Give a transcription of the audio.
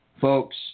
Folks